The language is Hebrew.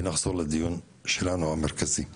ונחזור לדיון המרכזי שלנו.